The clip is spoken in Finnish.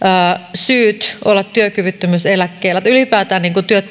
syissä olla työkyvyttömyyseläkkeellä ja ylipäätään